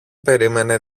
περίμενε